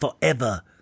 forever